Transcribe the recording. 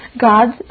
God's